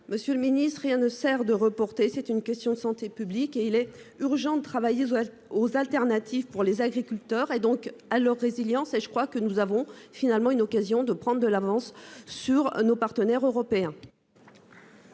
Monsieur le Ministre, rien ne sert de reporter. C'est une question de santé publique et il est urgent de travailler aux alternatives pour les agriculteurs et donc à leur résilience et je crois que nous avons finalement une occasion de prendre de l'avance sur nos partenaires européens.